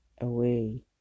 away